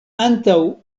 antaŭ